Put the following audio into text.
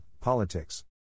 politics